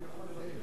אני יכול להירשם?